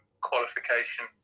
qualification